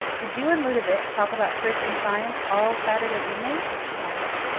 did you and ludovic talk about christian science all saturday evening? she asked.